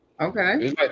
okay